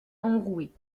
enrouée